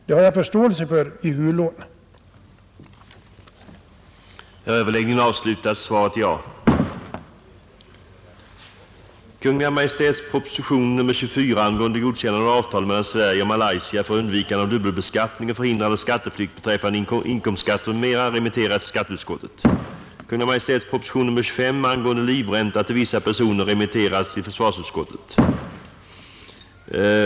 Det har jag förståelse för när det gäller Hulån.